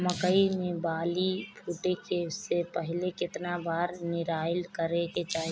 मकई मे बाली फूटे से पहिले केतना बार निराई करे के चाही?